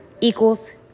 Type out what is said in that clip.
equals